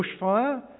bushfire